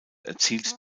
erzielt